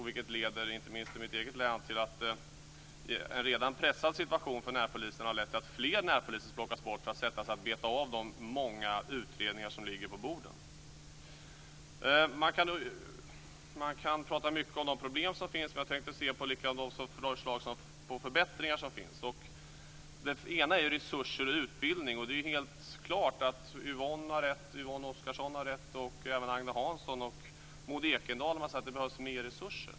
Det leder, inte minst i mitt eget län i en redan pressad situation för närpolisen, till att fler närpoliser plockas bort för att sättas att beta av de många utredningar som ligger på bordet. Man kan prata mycket om de problem som finns, men jag tänkte också se på de förslag till förbättringar som finns. Det första gäller resurser och utbildning. Det är helt klart att Yvonne Oscarsson, och även Agne Hansson och Maud Ekendahl, har rätt när de säger att det behövs mer resurser.